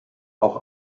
auch